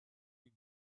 you